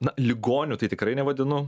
na ligoniu tai tikrai nevadinu